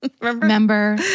Remember